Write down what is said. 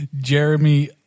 Jeremy